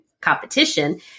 competition